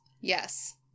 Yes